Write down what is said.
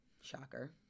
shocker